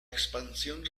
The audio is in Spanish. expansión